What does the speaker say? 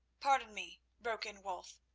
pardon me broke in wulf.